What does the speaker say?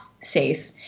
safe